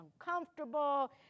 uncomfortable